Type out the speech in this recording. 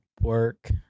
work